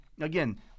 again